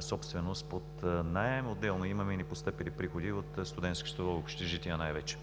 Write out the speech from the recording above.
собственост под наем, отделно имаме и непостъпили приходи от „Студентски столове и общежития“ най-вече.